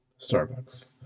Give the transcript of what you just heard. Starbucks